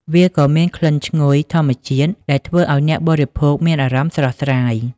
វាក៏មានក្លិនឈ្ងុយធម្មជាតិដែលធ្វើឲ្យអ្នកបរិភោគមានអារម្មណ៍ស្រស់ស្រាយ។